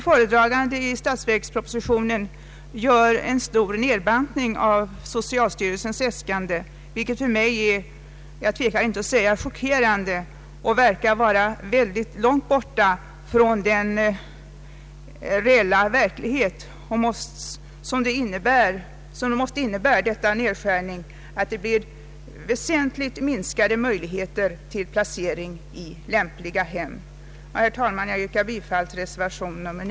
Föredragande statsråd gör i statsverkspropositionen en stor nedbanting av socialstyrelsens äskande, vilket för mig — jag tvekar inte att säga det — är chockerande och verkar ligga långt borta från verkligheten. Härigenom blir det väsentligt minskade möjligheter till inplacering av ungdom i lämpliga hem. Herr talman! Jag yrkar bifall till reservationen.